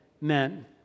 men